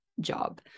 job